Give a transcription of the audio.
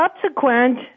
subsequent